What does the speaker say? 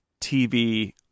TV